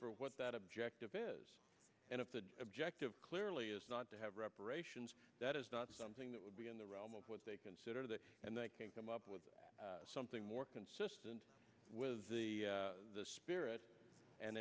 for what that objective is and if the objective clearly is not to have reparations that is not something that would be in the realm of what they consider that and they can come up with something more consistent with the spirit and